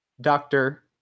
Doctor